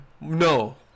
No